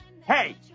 hey